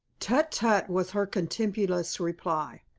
tut, tut! was her contemptuous reply.